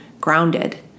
grounded